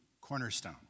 cornerstone